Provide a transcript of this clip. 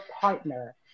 partner